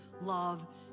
love